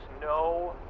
no